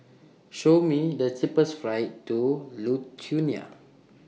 Show Me The cheapest flights to Lithuania